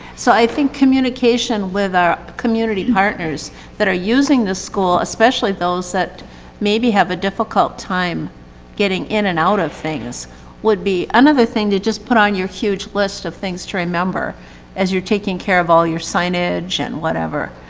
so i think communication with our community partners that are using the school, especially those that maybe have a difficult time getting in and out of things would be another thing to just put on your huge list of things to remember as you're taking care of all your signage and whatever.